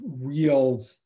real